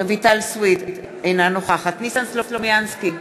אינה נוכחת ניסן סלומינסקי,